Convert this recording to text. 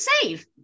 save